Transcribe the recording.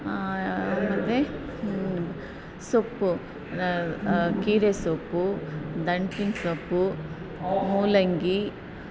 ಮತ್ತು ಸೊಪ್ಪು ಕೀರೆ ಸೊಪ್ಪು ದಂಟಿನ ಸೊಪ್ಪು ಮೂಲಂಗಿ